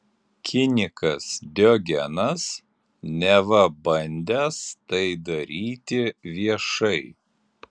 kinikas diogenas neva bandęs tai daryti viešai